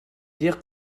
dire